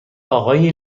آقای